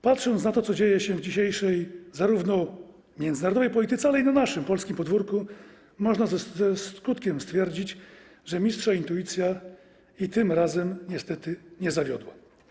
Patrząc na to, co dzieje się dzisiaj zarówno w międzynarodowej polityce, jak i na naszym polskim podwórku, można ze smutkiem stwierdzić, że mistrza intuicja i tym razem niestety nie zawiodła.